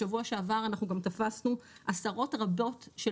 בשבוע שעבר אנחנו גם תפסנו עשרות רבות של